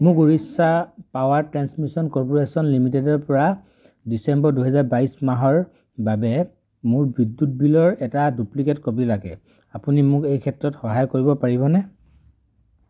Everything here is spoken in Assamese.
মোক উৰিষ্যা পাৱাৰ ট্ৰেন্সমিশ্যন কৰ্পোৰেশ্যন লিমিটেডৰপৰা ডিচেম্বৰ দুহেজাৰ বাইছ মাহৰ বাবে মোৰ বিদ্যুৎ বিলৰ এটা ডুপ্লিকেট কপি লাগে আপুনি মোক এই ক্ষেত্ৰত সহায় কৰিব পাৰিবনে